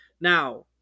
now